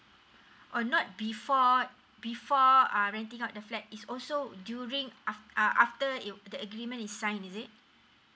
oh not before before uh renting out the flat is also would during after uh after the agreement is signed is it